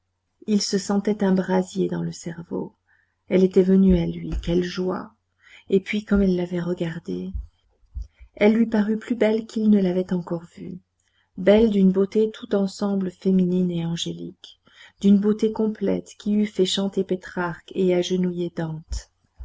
il se sentait un brasier dans le cerveau elle était venue à lui quelle joie et puis comme elle l'avait regardé elle lui parut plus belle qu'il ne l'avait encore vue belle d'une beauté tout ensemble féminine et angélique d'une beauté complète qui eût fait chanter pétrarque et agenouiller dante